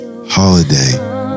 holiday